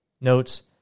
Notes